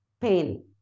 pain